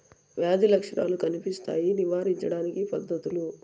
వ్యాధి లక్షణాలు కనిపిస్తాయి నివారించడానికి పద్ధతులు?